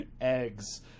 eggs